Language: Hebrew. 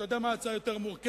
אתה יודע מה הצעה יותר מורכבת?